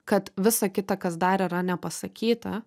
kad visa kita kas dar yra nepasakyta